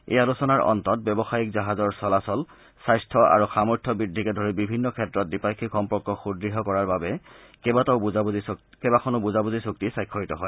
এই আলোচনাৰ অন্তত ব্যৱসায়িক জাহাজৰ চলাচল স্বাস্থ্য আৰু সামৰ্থ্য বৃদ্ধিকে ধৰি বিভিন্ন ক্ষেত্ৰত দ্বিপাক্ষিক সম্পৰ্ক সুদ্য় কৰাৰ বাবে কেইবাখনো বুজাবুজি চুক্তি স্বাক্ষৰিত হয়